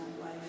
life